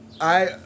I-